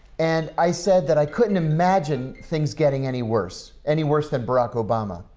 and i said that i couldn't imagine things getting any worse, any worse than barack obama.